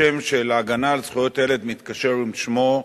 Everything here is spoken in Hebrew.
השם של ההגנה על זכויות הילד מתקשר עם שמו.